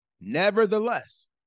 Nevertheless